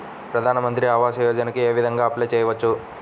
ప్రధాన మంత్రి ఆవాసయోజనకి ఏ విధంగా అప్లే చెయ్యవచ్చు?